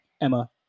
emma